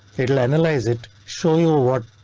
it will analyze it, show you what.